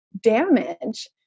damage